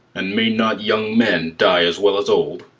and may not young men die as well as old?